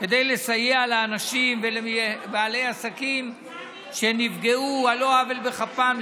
כדי לסייע לאנשים ולבעלי עסקים שנפגעו על לא עוול בכפם,